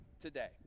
today